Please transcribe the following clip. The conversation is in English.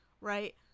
Right